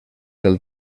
del